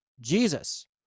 jesus